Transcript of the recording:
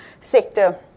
sector